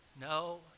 No